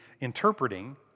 interpreting